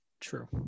True